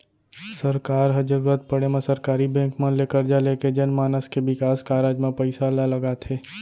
सरकार ह जरुरत पड़े म सरकारी बेंक मन ले करजा लेके जनमानस के बिकास कारज म पइसा ल लगाथे